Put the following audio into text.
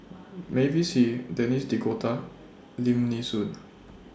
Mavis Hee Denis D'Cotta Lim Nee Soon